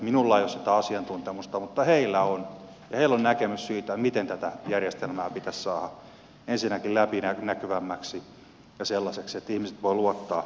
minulla ei ole sitä asiantuntemusta mutta heillä on ja heillä on näkemys siitä miten tätä järjestelmää pitäisi saada ensinnäkin läpinäkyvämmäksi ja sellaiseksi että ihmiset voivat luottaa oikeusjärjestelmään